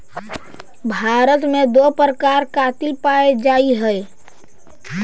भारत में दो प्रकार कातिल पाया जाईल हई